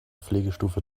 pflegestufe